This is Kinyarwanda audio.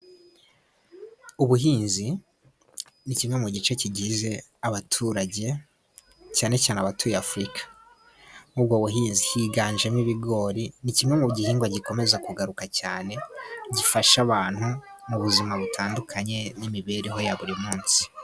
Ubuhinzi ni kimwe mu gice kigize abaturage cyane cyane abatuye Afurika, ubwo buhinzi higanjemo ibigori. Ni kimwe mu gihingwa gikomeza kugaruka cyane gifasha abantu mu buzima butandukanye n'imibereho ya buri munsi.